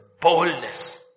boldness